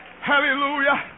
hallelujah